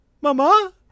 Mama